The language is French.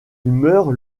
meurt